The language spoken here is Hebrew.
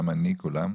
גם אני, כולם.